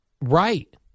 Right